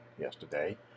yesterday